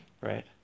right